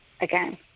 again